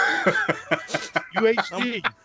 UHD